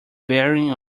bearing